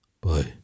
Bye